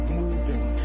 moving